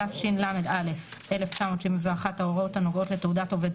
התשל"א 1971‏ ההוראות הנוגעות לתעודת עובד